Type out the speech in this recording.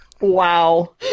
Wow